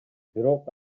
бирок